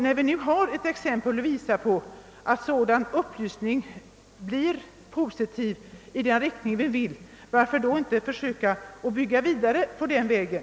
När vi nu har exempel att visa på att sådan upplysning visat sig positiv i den riktning vi vill, varför skall vi då inte försöka att bygga vidare på den vägen?